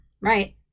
right